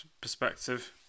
perspective